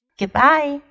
goodbye